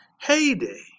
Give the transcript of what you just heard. heyday